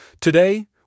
Today